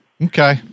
Okay